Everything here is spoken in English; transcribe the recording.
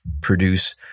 produce